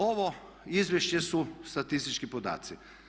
Ovo izvješće su statistički podaci.